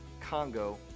Congo